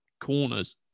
corners